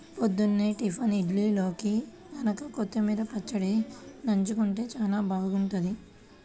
పొద్దున్నే టిఫిన్ ఇడ్లీల్లోకి గనక కొత్తిమీర పచ్చడి నన్జుకుంటే చానా బాగుంటది